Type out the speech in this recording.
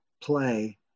play